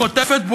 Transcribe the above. חוטפת,